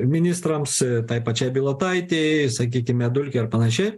ministrams tai pačiai bilotaitei sakykime dulkiui ar panašiai